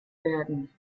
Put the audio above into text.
werden